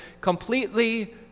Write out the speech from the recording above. completely